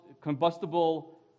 combustible